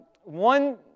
One